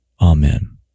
Amen